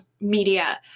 media